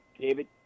David